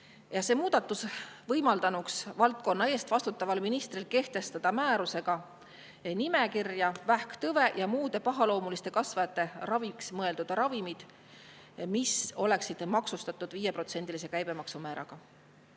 See muudatus võimaldanuks valdkonna eest vastutaval ministril kehtestada määrusega nimekiri vähktõve ja muude pahaloomuliste kasvajate raviks mõeldud ravimitest, mis oleksid maksustatud 5%-lise käibemaksumääraga.